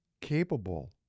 capable